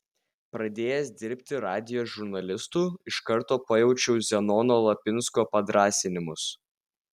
pradėjęs dirbti radijo žurnalistu iš karto pajaučiau zenono lapinsko padrąsinimus